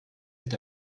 est